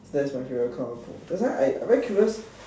that's my favourite kind of book that's why I I very curious